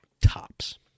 tops